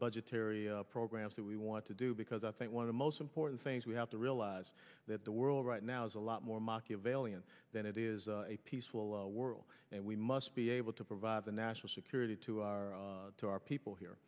budgetary programs that we want to do because i think one of the most important things we have to realize that the world right now is a lot more machiavellian than it is a peaceful world and we must be able to provide the national security to our to our people here